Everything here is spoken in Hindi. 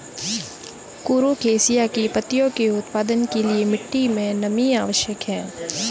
कुरुख एशिया की पत्तियों के उत्पादन के लिए मिट्टी मे नमी आवश्यक है